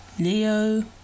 leo